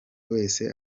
wese